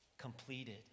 completed